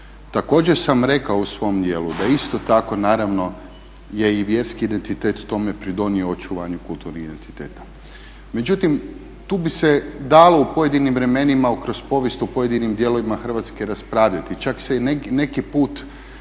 Također sam rekao u svom dijelu da isto tako naravno je i vjerski identitet tome pridonio očuvanju kulturnih identiteta. Međutim, tu bi se dalo u pojedinim vremenima kroz povijest u pojedinim dijelovima Hrvatske raspravljati. Čak je i neki put